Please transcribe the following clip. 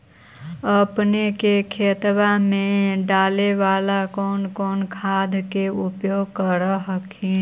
अपने के खेतबा मे डाले बाला कौन कौन खाद के उपयोग कर हखिन?